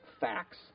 facts